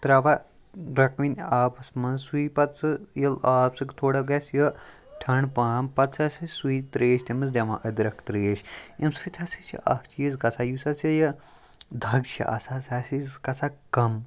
ترٛاوان گرٛٮ۪کوٕنۍ آبَس منٛز سُے پَتہٕ سُہ ییٚلہِ آب سُہ تھوڑا گژھِ یہِ ٹھَںٛڈٕ پَہَم پَتہٕ ہَسا چھِ سُے ترٛیش تٔمِس دِوان أدرَک ترٛیش ییٚمہِ سۭتۍ ہَسا چھِ اَکھ چیٖز گژھان یُس ہَسا یہِ دَگ چھِ آسان سُہ ہَسا چھِ گژھان کَم